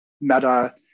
Meta